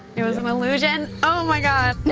it was an illusion, oh, my god!